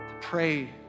pray